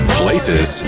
places